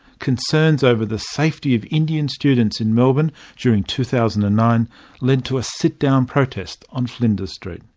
concerns over the safety of indian students in melbourne during two thousand and nine led to a sit-down protest on flinders street.